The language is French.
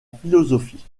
philosophie